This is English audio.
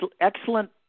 excellent